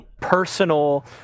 personal